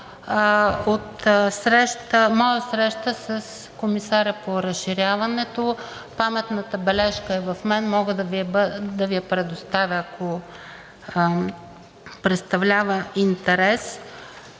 от моя среща с комисаря по разширяването. Паметната бележка е в мен – мога да Ви я предоставя, ако представлява интерес.